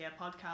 podcast